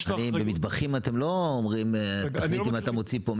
יש לה -- כי במטבחים אתם לא אומרים: תחליטו מה אתם רוצים פה,